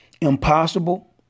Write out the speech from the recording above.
impossible